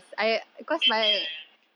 then ya ya ya